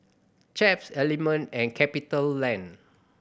Chaps Element and CapitaLand